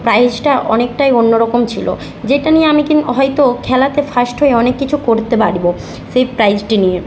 প্রাইজটা অনেকটাই অন্যরকম ছিলো যেটা নিয়ে আমি কিন হয়তো খেলাতে ফার্স্ট হয়ে অনেক কিছু করতে পারবো সেই প্রাইজটি নিয়ে